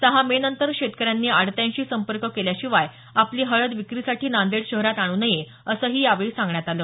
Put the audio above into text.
सहा मे नंतर शेतकऱ्यांनी आडत्यांशी संपर्क केल्याशिवाय आपली हळद विक्रीसाठी नांदेड शहरात आणू नये असंही यावेळी सांगण्यात आलं